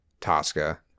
Tosca